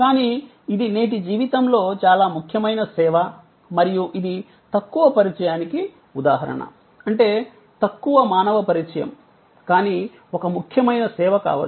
కానీ ఇది నేటి జీవితంలో చాలా ముఖ్యమైన సేవ మరియు ఇది తక్కువ పరిచయానికి ఉదాహరణ అంటే తక్కువ మానవ పరిచయం కానీ ఒక ముఖ్యమైన సేవ కావచ్చు